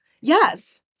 yes